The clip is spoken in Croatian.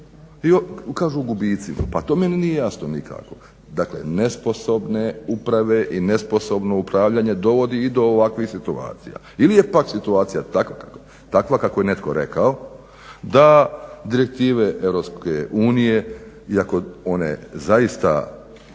I kažu u gubicima, pa to meni nije jasno nikako? Dakle, nesposobne uprave i nesposobno upravljanje dovodi i do ovakvih situacija. Ili je pak situacija takva kako je netko rekao da direktive EU iako one zaista